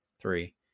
Three